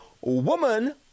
woman